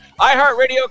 iHeartRadio